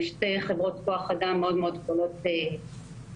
שתי חברות כוח אדם מאוד-מאוד גדולות בארץ.